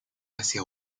hacia